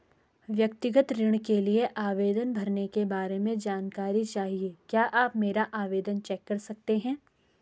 व्यक्तिगत ऋण के लिए आवेदन भरने के बारे में जानकारी चाहिए क्या आप मेरा आवेदन चेक कर सकते हैं?